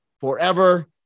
forever